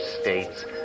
states